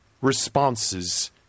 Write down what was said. responses